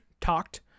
talked